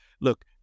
look